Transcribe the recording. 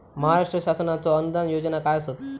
महाराष्ट्र शासनाचो अनुदान योजना काय आसत?